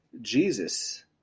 Jesus